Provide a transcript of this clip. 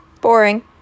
boring